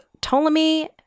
Ptolemy